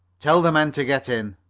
tell the men to get in.